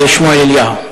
שמואל אליהו.